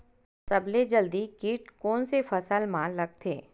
सबले जल्दी कीट कोन से फसल मा लगथे?